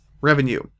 revenue